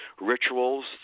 rituals